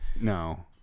no